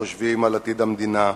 חושבים על עתיד המדינה?